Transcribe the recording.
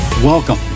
Welcome